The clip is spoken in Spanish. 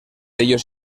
ellos